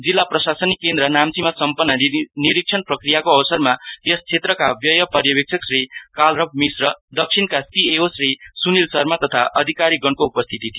जिल्ला प्रशासनिक केन्द्र नाम्चीमा सम्पन्न निरीक्षण प्रक्रियाको अवसरमा यस क्षेत्रका व्यय पर्यवेक्षक श्री कालरभ मिश्र दक्षिणका सीपीएओ श्री सुनिल शर्मा तथा अधिकारीगणको उपस्थिति थियो